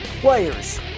players